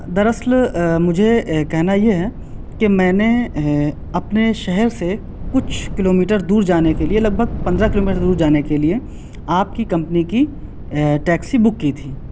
در اصل مجھے کہنا یہ ہے کہ میں نے اپنے شہر سے کچھ کلو میٹر دور جانے کے لیے لگ بھک پندرہ کلو میٹر دور جانے کے لیے آپ کی کمپنی کی ٹیکسی بک کی تھی